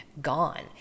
gone